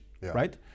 right